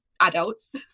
adults